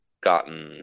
gotten –